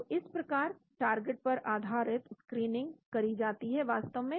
और इस प्रकार टारगेट पर आधारित स्क्रीनिंग करी जाती है वास्तव में